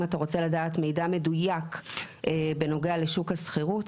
אם אתה רוצה לדעת מידע מדויק בנוגע לשוק השכירות,